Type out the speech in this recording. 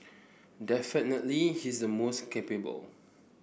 definitely he is the most capable